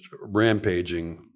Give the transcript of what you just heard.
rampaging